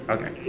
Okay